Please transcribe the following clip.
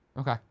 Okay